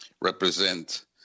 represent